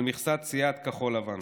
על מכסת סיעת כחול לבן.